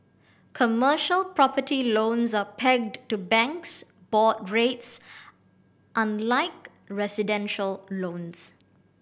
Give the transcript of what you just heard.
commercial property loans are pegged to banks' board rates unlike residential loans